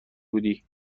بودی